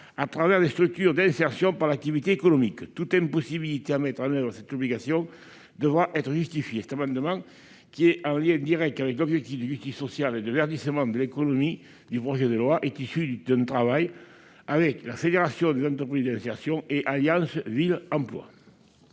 à travers des structures d'insertion par l'activité économique. Toute impossibilité à mettre en oeuvre cette obligation devra être justifiée. Cet amendement, en lien direct avec les objectifs de justice sociale et de verdissement de l'économie du projet de loi, est issu d'un travail avec la fédération des entreprises d'insertion et Alliance Villes Emploi.